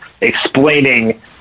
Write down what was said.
explaining